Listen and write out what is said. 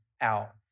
out